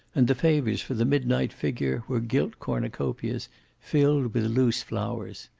and the favors for the midnight figure were gilt cornucopias filled with loose flowers.